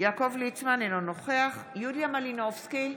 יעקב ליצמן, אינו נוכח יוליה מלינובסקי,